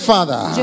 Father